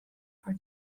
for